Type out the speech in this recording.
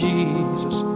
Jesus